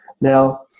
Now